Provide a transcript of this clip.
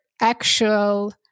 actual